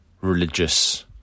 religious